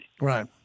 Right